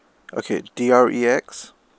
okay D R E X